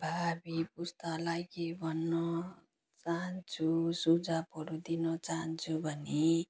भावी पुस्तालाई के भन्न चाहन्छु सुझावहरू दिन चाहन्छु भने